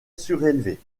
surélevée